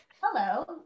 hello